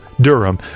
Durham